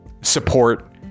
support